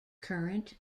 current